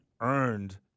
earned